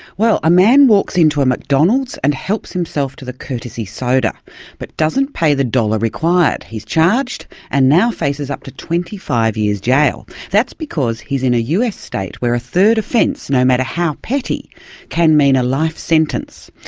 well a man walks into a mcdonald's and helps himself to the courtesy soda but doesn't pay the dollar required. he's charged and now faces up to twenty five years jail. that's because he's in a us state where a third offence no matter how petty can mean a life sentence.